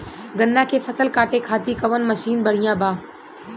गन्ना के फसल कांटे खाती कवन मसीन बढ़ियां बा?